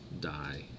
die